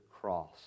cross